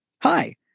Hi